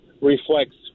reflects